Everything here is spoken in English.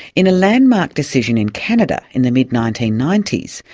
in a landmark decision in canada, in the mid nineteen ninety s,